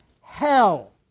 hell